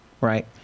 right